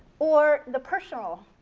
or the personal.